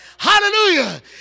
Hallelujah